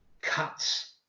cuts